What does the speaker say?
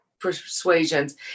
persuasions